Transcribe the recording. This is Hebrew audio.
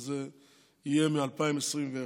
וזה יהיה מ-2021.